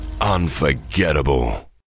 Unforgettable